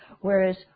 whereas